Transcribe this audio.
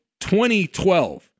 2012